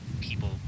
people